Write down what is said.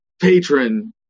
patron